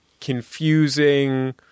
confusing